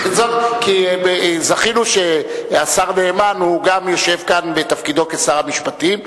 זכינו שהשר נאמן יושב כאן בתפקידו כשר המשפטים,